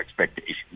expectations